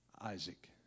Isaac